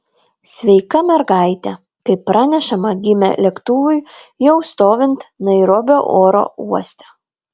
sveika mergaitė kaip pranešama gimė lėktuvui jau stovint nairobio oro uoste